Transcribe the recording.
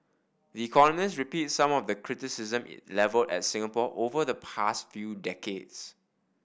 the Economist repeats some of the criticism it levelled at Singapore over the past few decades